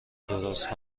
درست